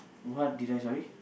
what did I sorry